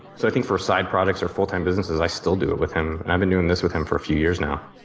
so i think for side products or full time businesses i still do it with him and i've been doing this with him for a few years now.